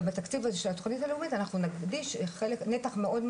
ובתקציב הזה של התוכנית הלאומית אנחנו נקדיש נתח מאוד,